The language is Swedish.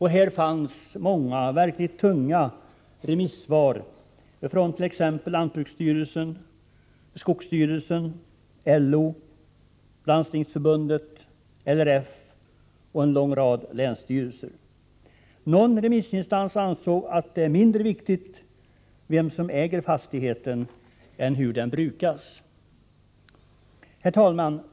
Här fanns många verkligt tunga remissvar från t.ex. lantbruksstyrelsen, skogsstyrelsen, LO, Landstingsförbundet, LRF och en lång rad länsstyrelser. Någon remissinstans ansåg att det är mindre viktigt vem som äger fastigheten än hur den brukas. Herr talman!